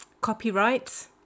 Copyright